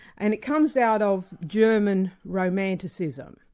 and it comes out of german romanticism.